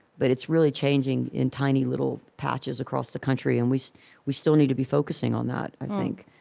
but it's really changing in tiny, little patches across the country and we so we still need to be focusing on that, i think.